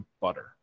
butter